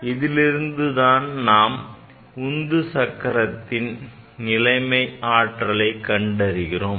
இதிலிருந்து தான் நாம் உந்து சக்கரத்தின் நிலைமை ஆற்றலை கண்டறிகிறோம்